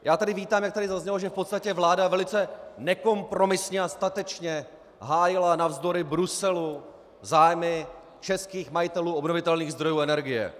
Já tady vítám, že tady zaznělo, že v podstatě vláda nekompromisně a statečně hájila navzdory Bruselu zájmy českých majitelů obnovitelných zdrojů energie.